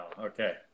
Okay